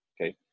okay